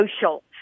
social